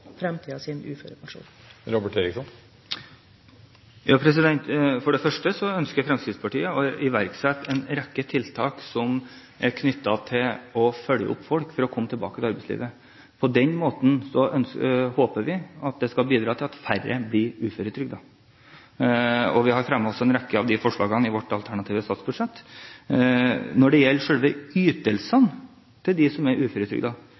For det første ønsker Fremskrittspartiet å iverksette en rekke tiltak som er knyttet til å følge opp folk, slik at de kan komme tilbake til arbeidslivet. På den måten håper vi at det skal bidra til at færre blir uføretrygdet. Vi har fremmet en rekke av disse forslagene i vårt alternative statsbudsjett. Når det gjelder selve ytelsene til dem som er